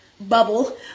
bubble